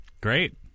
Great